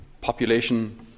population